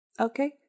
Okay